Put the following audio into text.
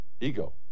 Ego